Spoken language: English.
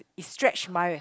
it stretch my